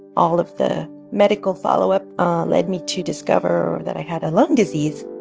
all of the medical follow-up led me to discover that i had a lung disease